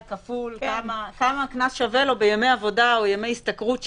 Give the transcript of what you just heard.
כמה הקנס שווה לו בימי עבודה או ימי השתכרות שלו.